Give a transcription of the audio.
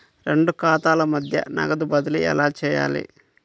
రెండు ఖాతాల మధ్య నగదు బదిలీ ఎలా చేయాలి?